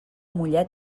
mollet